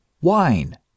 wine